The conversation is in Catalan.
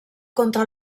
contra